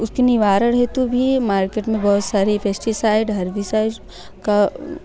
उसकी निवारण हेतु भी मार्केट में बहुत सारी पेस्टिसाइड हरबीसाइड का